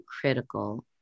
critical